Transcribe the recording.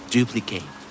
Duplicate